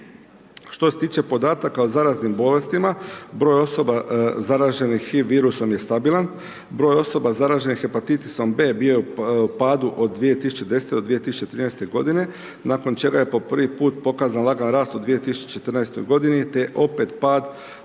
Što se tiče podataka o zaraznih bolestima, broj osoba zaraženih HIV virusom je stabilan, broj osoba zaraženih hepatitisom B bio je u padu od 2010. do 2013. g., nakon čega je po prvi put pokazan lagan rast u 2014. g. te opet pad